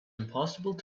impossible